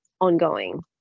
ongoing